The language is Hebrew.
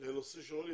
לנושא של עולים,